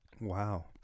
Wow